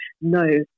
no